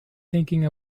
thinking